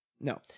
No